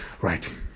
right